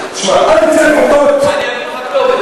אולי תציין עובדות,